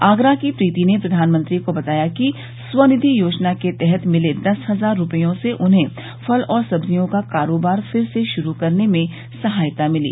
आगरा की प्रीति ने प्रधानमंत्री को बताया कि स्वनिधि योजना के तहत मिले दस हजार रुपयों से उन्हें फल और सब्जियों का कारोबार फिर से श्रू करने में सहायता मिली